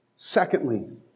Secondly